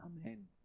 Amen